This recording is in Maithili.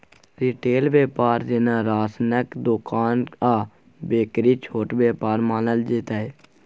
रिटेल बेपार जेना राशनक दोकान आ बेकरी छोट बेपार मानल जेतै